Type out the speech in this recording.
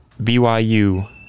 BYU